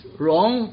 wrong